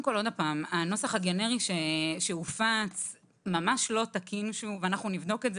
הנוסח הגנרי שהופץ ממש לא תקין ואנחנו נבדוק את זה.